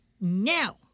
now